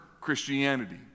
Christianity